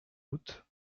août